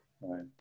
Right